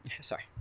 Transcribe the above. Sorry